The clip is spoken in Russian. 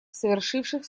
совершивших